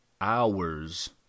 hours